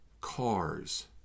cars